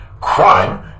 Crime